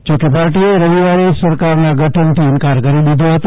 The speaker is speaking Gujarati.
જોકે પાર્ટીએ રવિવારે સરકારના ગઠનથી ઇનકાર કરી દીધો હતો